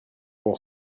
bon